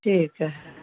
ठीक हए